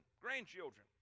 grandchildren